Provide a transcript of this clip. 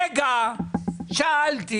שאלתי